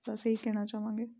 ਬਸ ਇਹ ਹੀ ਕਹਿਣਾ ਚਾਹਵਾਂਗੇ